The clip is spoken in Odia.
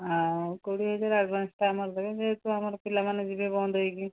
ଆଉ କୋଡ଼ିଏ ହଜାର ଆମର ଆଡ଼ଭାନ୍ସଟା ଦେବେ ଯେହେତୁ ଆମର ପିଲାମାନେ ଯିବେ ବନ୍ଦ ହେଇକି